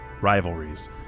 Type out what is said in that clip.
rivalries